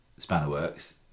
Spannerworks